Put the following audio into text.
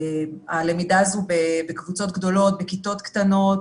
הלמידה הזאת בקבוצות גדולות בכיתות קטנות